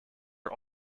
are